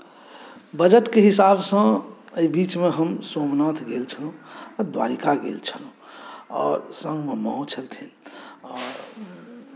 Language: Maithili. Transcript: बजटके हिसाबसँ एहि बीचमे हम सोमनाथ गेल छलहुँ आ द्वारिका गेल छलहुँ आर सङ्गमेमाँओ छलथिन आर